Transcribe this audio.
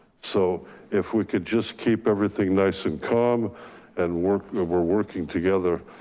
so if we could just keep everything nice and calm and we're ah we're working together,